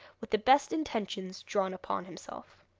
with the best intentions, drawn upon himself.